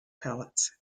pallets